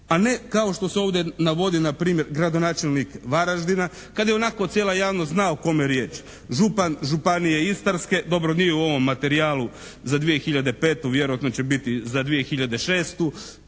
a ne kao što se ovdje navodi na primjer gradonačelnik Varaždina kad ionako cijela javnost zna o kome je riječ, župan Županije Istarske. Dobro, nije u ovom materijalu za 2005., vjerojatno će biti za 2006.